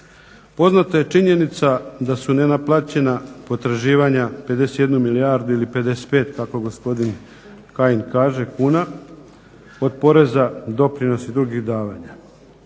Poznata je činjenica da su nenaplaćena potraživanja 51 milijardu ili 55 kako gospodin Kajin kaže, kuna, od poreza, doprinosa i drugih davanja.